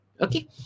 okay